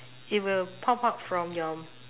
it will pop out from your